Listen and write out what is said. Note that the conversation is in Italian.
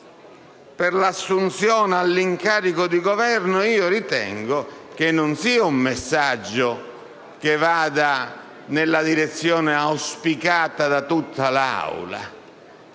per l'assunzione dell'incarico di Governo ritengo non sia un messaggio che vada nella direzione auspicata da tutta l'Aula.